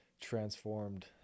transformed